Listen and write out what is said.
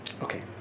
Okay